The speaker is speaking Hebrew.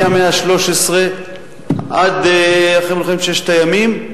מהמאה ה-13 עד אחרי מלחמת ששת הימים,